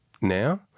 now